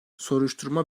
soruşturma